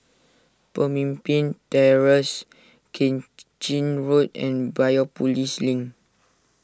Pemimpin Terrace Keng Chin Road and Biopolis Link